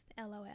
LOL